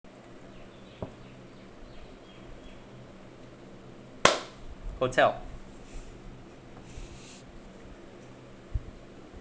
hotel